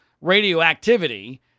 radioactivity